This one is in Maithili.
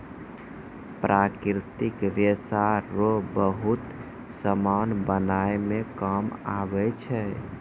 प्राकृतिक रेशा रो बहुत समान बनाय मे काम आबै छै